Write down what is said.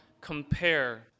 compare